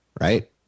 Right